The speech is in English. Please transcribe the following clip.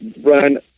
run